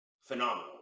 phenomenal